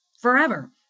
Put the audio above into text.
forever